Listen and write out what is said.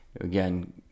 Again